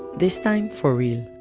this time for real